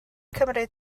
cymryd